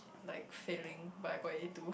like failing but I got A two